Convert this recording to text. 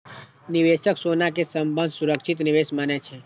निवेशक सोना कें सबसं सुरक्षित निवेश मानै छै